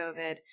COVID